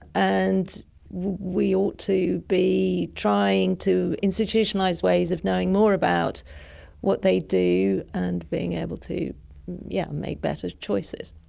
and we ought to be trying to institutionalise ways of knowing more about what they do and being able to yeah make better choices.